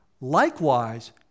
Likewise